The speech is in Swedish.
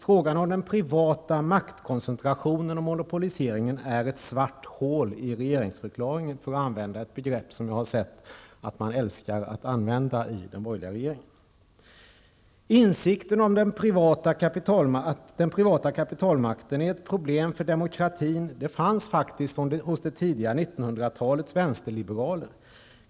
Frågan om den privata maktkoncentrationen och monopoliseringen är ett svart hål i regeringsförklaringen -- för att använda ett begrepp som jag har noterat att man inom den borgerliga regeringen älskar att använda. Insikten om den privata kapitalmakten är ett problem för demokratin. Denna insikt fanns faktiskt hos det tidiga 1900-talets vänsterliberaler.